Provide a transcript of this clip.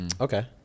Okay